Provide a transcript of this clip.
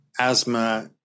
asthma